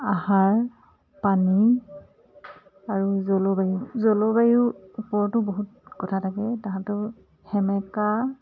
আহাৰ পানী আৰু জলবায়ু জলবায়ুৰ ওপৰতো বহুত কথা থাকে তাহাঁতৰ সেমেকা